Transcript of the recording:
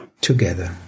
together